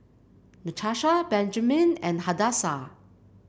Natasha Benjman and Hadassah